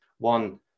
One